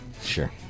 sure